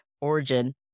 Origin